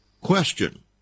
Question